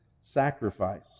sacrifice